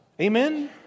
Amen